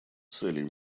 целей